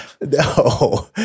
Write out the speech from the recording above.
No